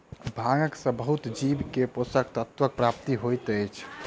भांग सॅ बहुत जीव के पोषक तत्वक प्राप्ति होइत अछि